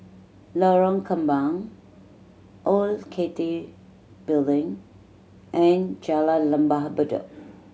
Lorong Kembang Old Cathay Building and Jalan Lembah Bedok